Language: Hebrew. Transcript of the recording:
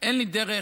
אין לי דרך,